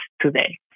today